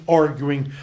arguing